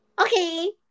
Okay